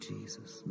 Jesus